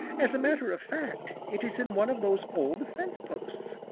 as a matter of fact, it is in one of those old fence posts.